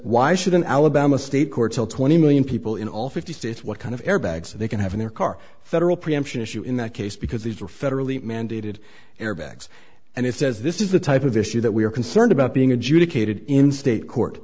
why should an alabama state court tell twenty million people in all fifty states what kind of airbags they can have in their car federal preemption issue in that case because these are federally mandated airbags and it says this is the type of issue that we are concerned about being adjudicated in state court